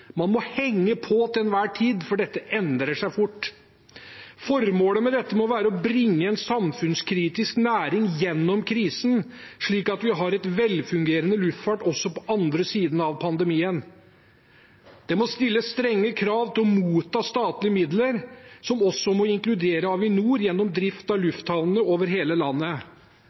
Man må henge på til enhver tid, for dette endrer seg fort. Formålet med dette må være å bringe en samfunnskritisk næring gjennom krisen, slik at vi har en velfungerende luftfart også på den andre siden av pandemien. Det må stilles strenge krav for å motta statlige midler, som også må inkludere Avinor, gjennom drift av lufthavnene over hele landet.